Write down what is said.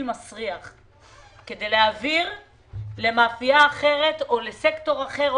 מסריח כדי להעביר למאפייה אחרת או לסקטור אחר,